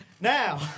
Now